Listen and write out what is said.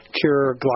cure